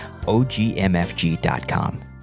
OGMFG.com